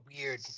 weird